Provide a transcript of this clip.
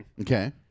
Okay